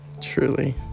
Truly